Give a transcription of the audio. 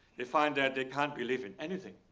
they find that they can't believe in anything.